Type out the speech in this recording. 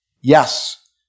Yes